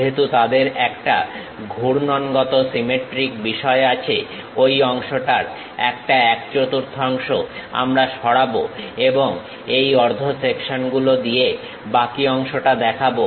যেহেতু তাদের একটা ঘূর্ণনগত সিমেট্রিক বিষয় আছে ঐ অংশটার একটা এক চতুর্থাংশ আমরা সরাবো এবং এই অর্ধ সেকশনগুলো দিয়ে বাকি অংশটা দেখাবো